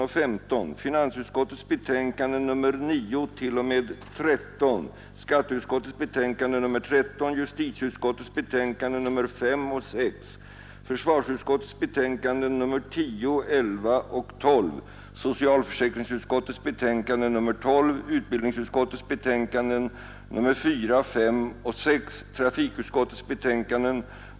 En av dessa rapporter hade utarbetats av den danske kriminalvårdschefen H. H. Brydensholt, som i sin rapport anlade lagstiftningssynpunkter på narkotikaproblemet.